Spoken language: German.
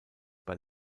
bei